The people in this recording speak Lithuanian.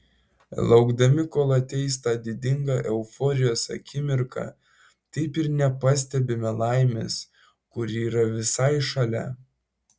laukdami kol ateis ta didinga euforijos akimirka taip ir nepastebime laimės kuri yra visai šalia